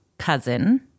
Cousin